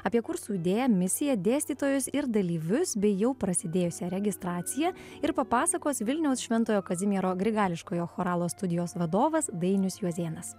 apie kursų idėją misiją dėstytojus ir dalyvius bei jau prasidėjusią registraciją ir papasakos vilniaus šventojo kazimiero grigališkojo choralo studijos vadovas dainius juozėnas